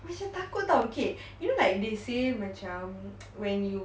macam takut [tau] okay you know like they say macam when you